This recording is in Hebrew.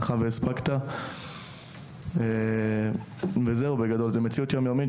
זו מציאות יום-יומית,